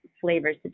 flavors